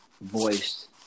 voiced